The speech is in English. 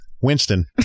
Winston